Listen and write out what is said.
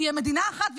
תהיה מדינה אחת,